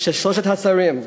ששלושת השרים,